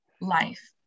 life